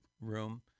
room